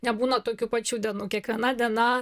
nebūna tokių pačių dienų kiekviena diena